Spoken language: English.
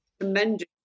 tremendous